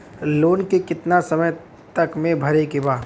Loan के कितना समय तक मे भरे के बा?